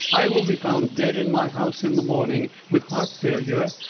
i will be found dead in my house in the morning with heart failure,